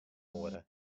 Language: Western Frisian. oere